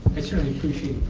i certainly appreciate